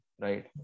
right